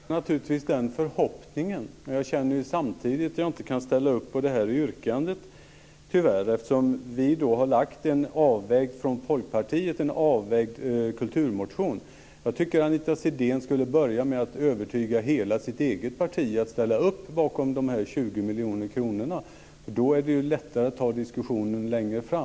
Herr talman! Jag delar naturligtvis den förhoppningen. Jag känner samtidigt att jag tyvärr inte kan ställa upp på yrkandet, eftersom Folkpartiet har väckt en avvägd kulturmotion. Jag tycker att Anita Sidén ska börja med att övertyga hela sitt eget parti att ställa upp bakom dessa 20 miljoner kronor. Då är det lättare att ta diskussionen längre fram.